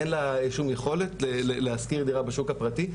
אין לה שום יכולת להשכיר דירה בשוק הפרטי,